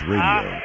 Radio